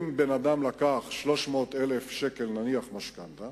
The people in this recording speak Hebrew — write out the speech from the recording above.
אם בן-אדם לקח 300,000 שקלים משכנתה,